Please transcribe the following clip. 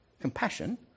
compassion